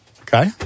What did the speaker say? Okay